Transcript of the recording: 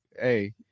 Hey